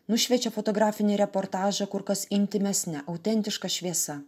nušviečia fotografinį reportažą kur kas intymesne autentiška šviesa